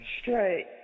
straight